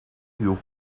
you